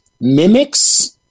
mimics